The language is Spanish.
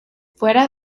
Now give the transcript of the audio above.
fuera